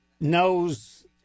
knows